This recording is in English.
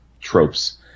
tropes